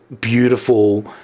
beautiful